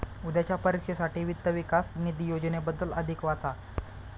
उद्याच्या परीक्षेसाठी वित्त विकास निधी योजनेबद्दल अधिक वाचा